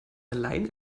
alleine